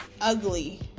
ugly